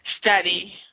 study